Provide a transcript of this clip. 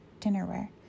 dinnerware